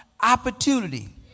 opportunity